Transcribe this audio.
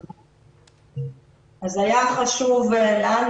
אז היה חשוב לנו,